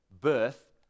birth